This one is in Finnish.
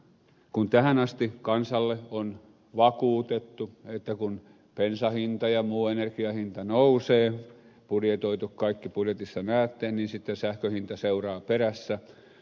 kun tähän asti kansalle on vakuutettu että kun bensan hinta ja muu energian hinta nousee budjetoitu kaikki budjetissa näette niin sitten sähkön hinta seuraa perässä